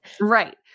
Right